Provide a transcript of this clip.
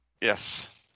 Yes